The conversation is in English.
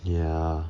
ya